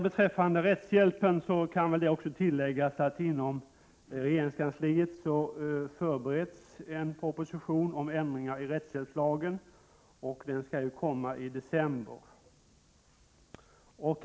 Beträffande rättshjälpen kan väl tilläggas att inom regeringskansliet förbereds en proposition om ändringar av rättshjälpslagen som skall komma i december.